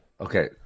Okay